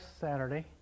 Saturday